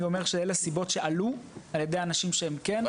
אני אומר שאלה סיבות שעלו על ידי אנשים שהם כן מומחים בזה.